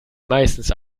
meistens